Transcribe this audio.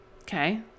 Okay